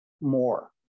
more